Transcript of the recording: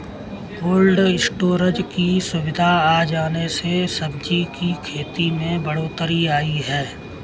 cold storage की सुविधा आ जाने से सब्जी की खेती में बढ़ोत्तरी आई है